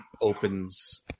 opens